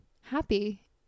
happy